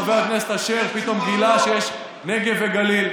אני לפעמים מתפלא שחבר הכנסת אשר פתאום גילה שיש נגב וגליל.